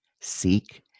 seek